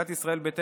סיעת ישראל ביתנו,